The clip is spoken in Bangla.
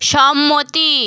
সম্মতি